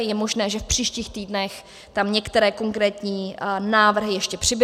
Je možné, že v příštích týdnech tam některé konkrétní návrhy ještě přibudou.